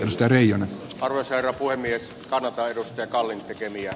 ostari on torstaina puhemies vallata edustaja kallen tekemiä